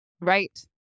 right